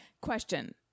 question